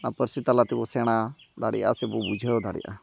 ᱯᱟᱹᱨᱥᱤ ᱛᱟᱞᱟᱛᱮᱵᱚ ᱥᱮᱬᱟ ᱫᱟᱲᱮᱭᱟᱜᱼᱟ ᱥᱮᱵᱚᱱ ᱵᱩᱡᱷᱟᱹᱣ ᱫᱟᱲᱮᱜᱼᱟ